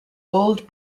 old